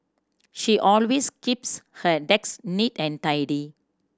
she always keeps her decks neat and tidy